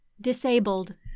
disabled